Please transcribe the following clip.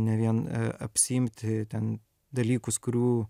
ne vien apsiimti ten dalykus kurių